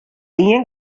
ien